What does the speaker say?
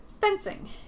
Fencing